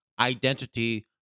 identity